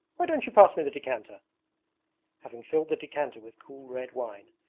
why don't you pass me the decanter having filled the decanter with cool red wine,